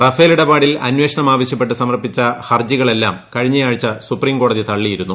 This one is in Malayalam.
റഫേൽ ഇടപാടിൽ അന്വേഷണം ആവശ്യപ്പെട്ട് സമർപ്പിച്ച ഹർജികളെല്ലാം കഴിഞ്ഞയാഴ്ച സുപ്രീംകോടതി തള്ളിയിരുന്നു